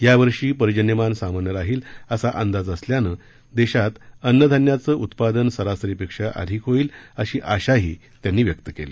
यावर्षी पर्जन्यमान सामान्य राहील असा अंदाज असल्यानं देशात अन्नधान्याचं उत्पदन सरासरीपेक्षा अधिक होईल अशी आशाही त्यांनी व्यक्त केली